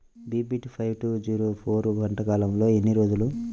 BPT five two zero four పంట కాలంలో ఎన్ని రోజులు?